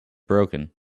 broken